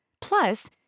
Plus